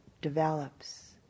develops